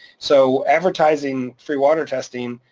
so advertising free water testing,